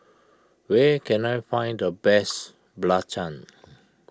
where can I find the best Belacan